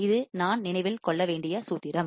இது நான் நினைவில் கொள்ள வேண்டிய சூத்திரம்